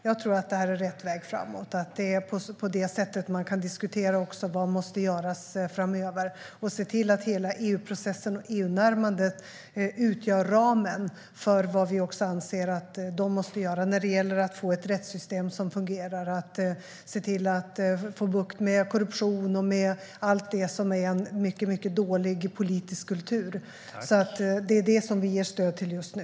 Jag tror att detta är rätt väg framåt och att det är på det sättet som man kan diskutera vad som måste göras framöver - se till att hela EU-processen och EU-närmandet utgör ramen för vad vi också anser att de måste göra när det gäller att få ett rättssystem som fungerar och se till att få bukt med korruption och allt det som är en mycket dålig politisk kultur. Det är det som vi ger stöd till just nu.